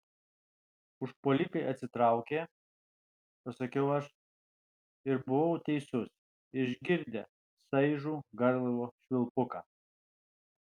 užpuolikai atsitraukė pasakiau aš ir buvau teisus išgirdę šaižų garlaivio švilpuką